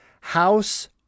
House